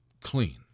clean